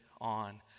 on